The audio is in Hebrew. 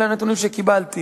אלה הנתונים שקיבלתי.